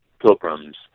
pilgrims